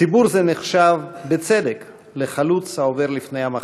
ציבור זה נחשב, בצדק, לחלוץ העובר לפני המחנה.